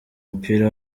mupira